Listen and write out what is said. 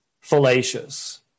fallacious